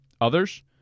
Others